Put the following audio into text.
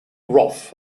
roth